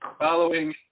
following